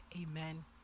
Amen